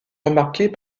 remarquer